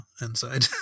inside